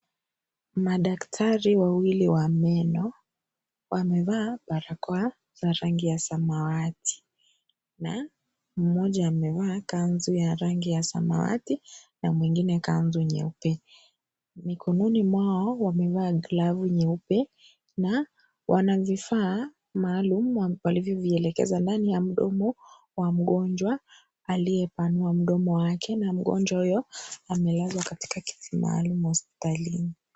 Madaktari wawili wa meno, wamevaa barakoa, za rangi ya samawati, na, mmoja amevaa kanzu ya rangi ya samawati, na mwenzake kanzu nyeupe, mkonon mwao wamevaa glavu nyeupe, na wana vifaa maalum, walivyo vielekeza ndani ya mdomo wa mgonjwa, aliyepanua mdomo wake, na mgonjwa huyo, amelazwa katika kiti maalum hospitalini.